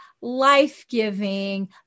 life-giving